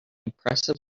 impressive